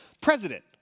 president